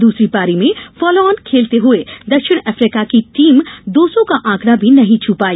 दूसरी पारी में फालोऑन खेलते हुए दक्षिण अफ्रीका की टीम दो सौ का आंकड़ा भी नही छ पाई